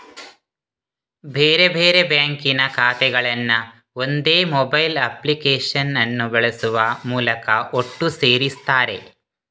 ಬೇರೆ ಬೇರೆ ಬ್ಯಾಂಕಿನ ಖಾತೆಗಳನ್ನ ಒಂದೇ ಮೊಬೈಲ್ ಅಪ್ಲಿಕೇಶನ್ ಅನ್ನು ಬಳಸುವ ಮೂಲಕ ಒಟ್ಟು ಸೇರಿಸ್ತಾರೆ